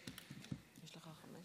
יש לך חמש